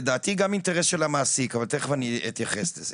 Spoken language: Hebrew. לדעתי גם אינטרס של המעסיק אבל תכף אני התייחס לזה.